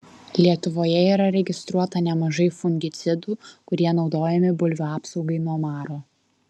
lietuvoje yra registruota nemažai fungicidų kurie naudojami bulvių apsaugai nuo maro